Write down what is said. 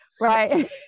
right